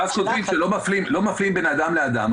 ואז יודעים שלא מפלים בין אדם לאדם,